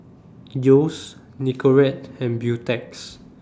Yeo's Nicorette and Beautex